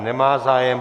Nemá zájem.